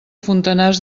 fontanars